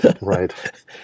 Right